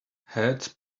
heads